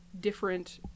different